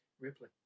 Ripley